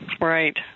Right